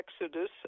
exodus